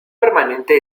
permanente